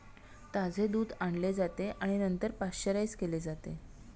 ताजे दूध आणले जाते आणि नंतर पाश्चराइज केले जाते